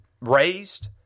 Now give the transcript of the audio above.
raised